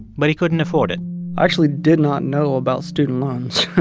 but he couldn't afford it i actually did not know about student loans.